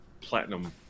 platinum